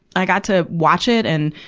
i got to watch it and,